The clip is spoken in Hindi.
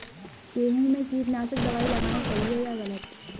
गेहूँ में कीटनाशक दबाई लगाना सही है या गलत?